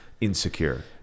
Insecure